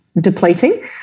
depleting